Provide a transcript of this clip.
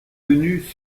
venues